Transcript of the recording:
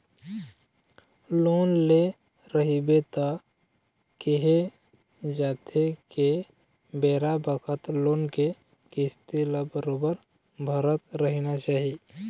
loan ले रहिबे त केहे जाथे के बेरा बखत लोन के किस्ती ल बरोबर भरत रहिना चाही